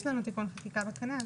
יש לנו תיקון חקיקה בקנה.